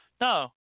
No